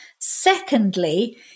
Secondly